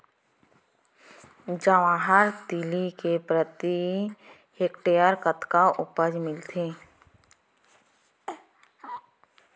जवाहर तिलि के प्रति हेक्टेयर कतना उपज मिलथे?